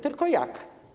Tylko jak?